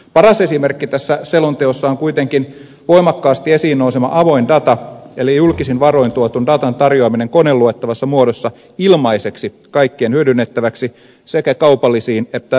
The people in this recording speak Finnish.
paras esimerkki tässä selonteossa on kuitenkin voimakkaasti esiin nouseva avoin data eli julkisin varoin tuetun datan tarjoaminen koneluettavassa muodossa ilmaiseksi kaikkien hyödynnet täväksi sekä kaupallisiin että epäkaupallisiin tarkoituksiin